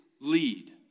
lead